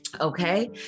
okay